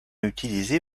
utilisé